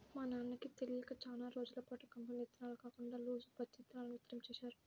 మా నాన్నకి తెలియక చానా రోజులపాటు కంపెనీల ఇత్తనాలు కాకుండా లూజు పత్తి ఇత్తనాలను విత్తడం చేశాడు